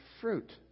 fruit